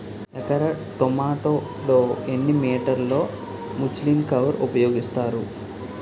ఎకర టొమాటో లో ఎన్ని మీటర్ లో ముచ్లిన్ కవర్ ఉపయోగిస్తారు?